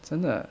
真的